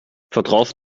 vertraust